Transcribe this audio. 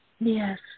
Yes